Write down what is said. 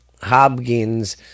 hobgins